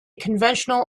conventional